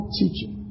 teaching